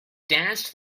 danced